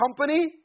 company